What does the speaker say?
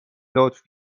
لطف